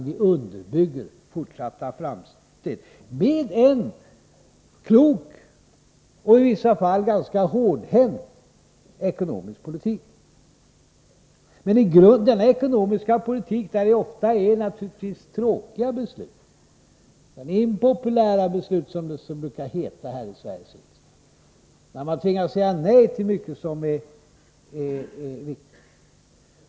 Vi skall i stället, med en klok och i vissa fall ganska hårdhänt ekonomisk politik, underbygga fortsatta framsteg. Denna ekonomiska politik fordrar naturligtvis ofta tråkiga beslut — eller impopulära beslut, som det brukar heta här i Sveriges riksdag — där man tvingas säga nej till mycket som är viktigt.